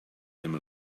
him